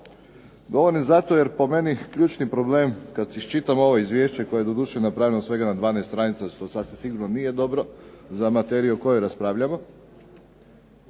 Govorim zato jer po meni ključni problem kad iščitam ovo izvješće, koje je doduše napravljeno svega na 12 stranica što sasvim sigurno nije dobro za materiju o kojoj raspravljamo,